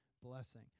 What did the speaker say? Blessing